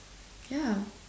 yeah